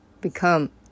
become